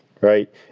right